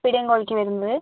പിടിയൻ കോഴിക്ക് വരുന്നത്